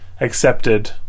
accepted